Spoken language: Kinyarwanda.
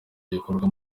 zikora